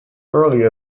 early